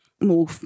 more